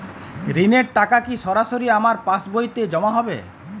ঋণের টাকা কি সরাসরি আমার পাসবইতে জমা হবে?